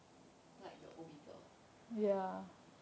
like the old people